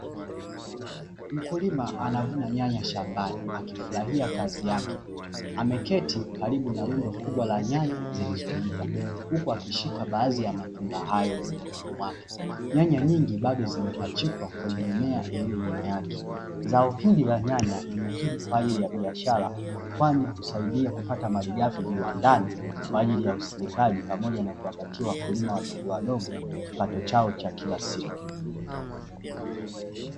Mkulima anavuna nyanya shambani, akifurahia kazi yake. Ameketi karibu na rundo kubwa la nyanya zilizoiva, huku akishika baadhi ya matunda hayo mikononi mwake. Nyanya nyingi bado zimepachikwa kwenye mimea iliyo nyuma yake. Zao hili la nyanya ni muhimu kwa ajili ya biashara, kwani husaidia kupata malighafi viwandani kwa ajili ya usindikaji, pamoja na kuwapatia wakulima wadogowadogo kipato chao cha kila siku.